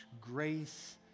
grace